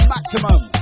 Maximum